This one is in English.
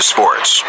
Sports